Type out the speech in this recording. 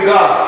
God